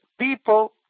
people